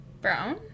Brown